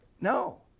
No